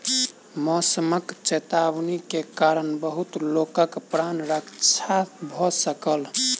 मौसमक चेतावनी के कारण बहुत लोकक प्राण रक्षा भ सकल